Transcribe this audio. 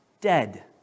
dead